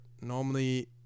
normally